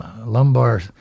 lumbar